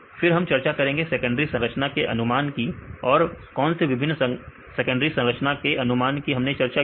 फिर हम चर्चा करेंगे सेकेंडरी संरचना के अनुमान की और कौन से विभिन्न सेकेंडरी संरचना के अनुमान कि हमने चर्चा की